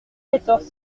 quatorze